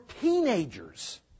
teenagers